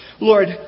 Lord